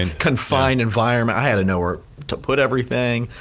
and confine environment i had to know where to put everything